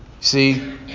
see